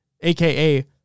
aka